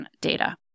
data